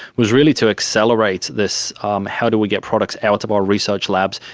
was really to accelerate this um how do we get products out of our research labs,